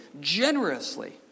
generously